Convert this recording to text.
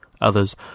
Others